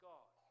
God